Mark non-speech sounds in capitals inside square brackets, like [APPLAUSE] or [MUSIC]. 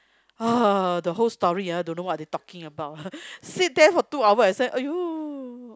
uh the whole story ah don't know what they talking about [LAUGHS] sit there for two hours I said !aiyo!